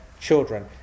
children